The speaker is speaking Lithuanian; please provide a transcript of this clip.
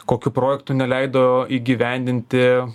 kokių projektų neleido įgyvendinti